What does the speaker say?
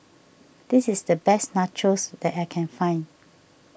this is the best Nachos that I can find